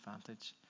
advantage